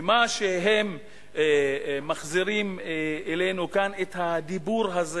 ומה שהם מחזירים אלינו כאן, את הדיבור הזה